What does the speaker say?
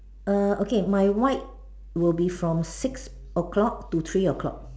err okay my white will be from six o-clock to three o-clock